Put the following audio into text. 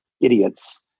idiots